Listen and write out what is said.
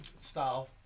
Style